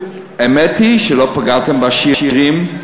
האמת היא שלא פגעתם בעשירים,